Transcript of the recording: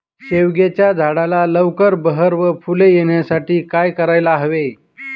शेवग्याच्या झाडाला लवकर बहर व फूले येण्यासाठी काय करायला हवे?